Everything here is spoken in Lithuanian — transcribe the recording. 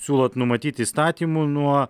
siūlot numatyt įstatymu nuo